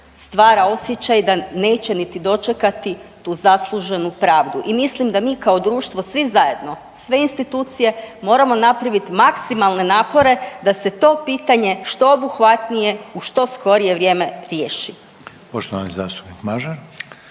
stvara osjećaj da neće niti dočekati tu zasluženu pravdu. I mislim da mi kao društvo svi zajedno, sve institucije moramo napraviti maksimalne napore da se to pitanje što obuhvatnije u što skorije vrijeme riješi.